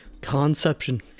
conception